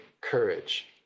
courage